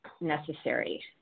necessary